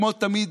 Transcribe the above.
כמו תמיד,